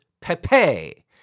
Pepe